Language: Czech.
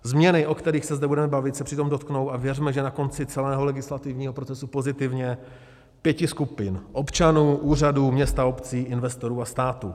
Změny, o kterých se zde budeme bavit, se přitom dotknou, a věřme, že na konci celého legislativního procesu pozitivně, pěti skupin: občanů, úřadů, měst a obcí, investorů a státu.